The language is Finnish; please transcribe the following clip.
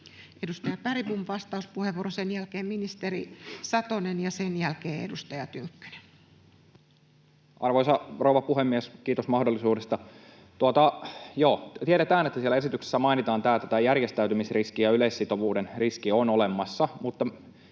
Edustaja Bergbom, vastauspuheenvuoro, sen jälkeen ministeri Satonen ja sen jälkeen edustaja Tynkkynen. Arvoisa rouva puhemies, kiitos mahdollisuudesta. Tiedetään, että siellä esityksessä mainitaan, että tämä järjestäytymisriski ja yleissitovuuden riski on olemassa, mutta